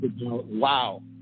Wow